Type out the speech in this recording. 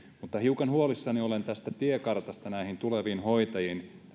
mutta hiukan huolissani olen tästä tiekartasta näihin tuleviin hoitajiin